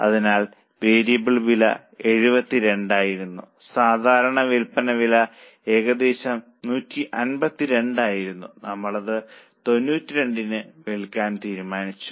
അതിനാൽ വേരിയബിൾ വില 72 ആയിരുന്നു സാധാരണ വിൽപ്പന വില ഏകദേശം 152 ആയിരുന്നു നമ്മൾ അത് 92 ന് വിൽക്കാൻ തീരുമാനിച്ചു